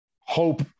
hope